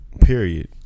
period